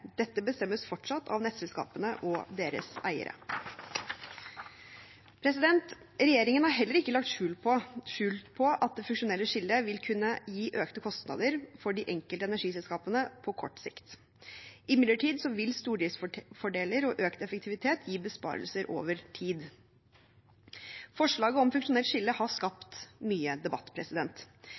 Dette bestemmes fortsatt av nettselskapene og deres eiere. Regjeringen har heller ikke lagt skjul på at det funksjonelle skillet vil kunne gi økte kostnader for de enkelte energiselskapene på kort sikt. Imidlertid vil stordriftsfordeler og økt effektivitet gi besparelser over tid. Forslaget om funksjonelt skille har skapt mye debatt.